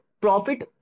profit